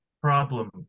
problem